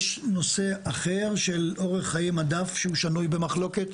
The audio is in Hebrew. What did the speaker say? יש נושא אחר של אורך חיי מדף שהוא שנוי במחלוקת,